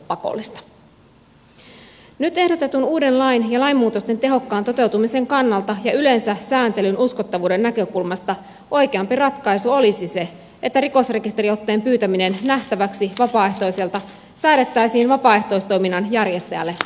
nyt ehdotetun uuden lain ja lainmuutosten tehokkaan toteutumisen kannalta ja yleensä sääntelyn uskottavuuden näkökulmasta oikeampi ratkaisu olisi se että rikosrekisteriotteen pyytäminen nähtäväksi vapaaehtoiselta säädettäisiin vapaaehtoistoiminnan järjestäjälle pakolliseksi